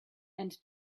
and